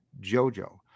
JoJo